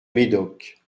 médoc